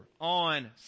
on